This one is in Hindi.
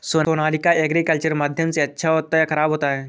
सोनालिका एग्रीकल्चर माध्यम से अच्छा होता है या ख़राब होता है?